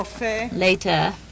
Later